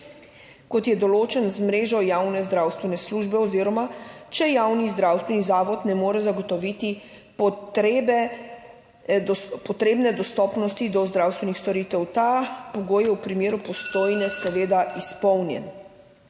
kot je določen z mrežo javne zdravstvene službe oziroma če javni zdravstveni zavod ne more zagotoviti potrebne dostopnosti do zdravstvenih storitev. Ta pogoj je v primeru Postojne seveda izpolnjen.